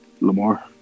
Lamar